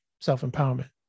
self-empowerment